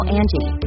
Angie